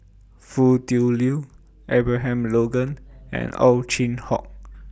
Foo Tui Liew Abraham Logan and Ow Chin Hock